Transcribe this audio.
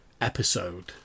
episode